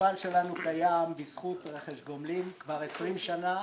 המפעל שלנו קיים בזכות רכש גומלין כבר 20 שנה.